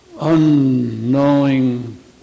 unknowing